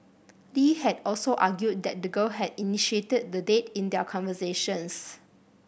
Lee had also argued that the girl had initiated the date in their conversations